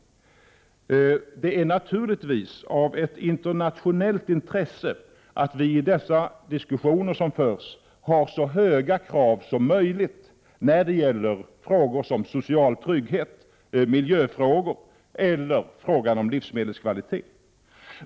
Det är naturligtvis av ett internationellt intresse att vi i de diskussioner som förs för fram så höga krav som möjligt när det gäller frågor om social trygghet, miljövård eller livsmedelskvalitet.